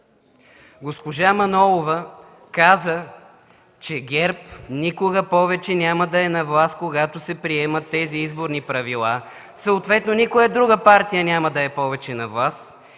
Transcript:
Госпожа Манолова каза, че ГЕРБ никога повече няма да е на власт, когато се приемат тези изборни правила, съответно никоя друга партия няма да е повече на власт